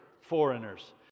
foreigners